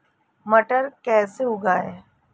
मटर कैसे उगाएं?